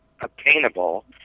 obtainable